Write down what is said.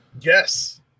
Yes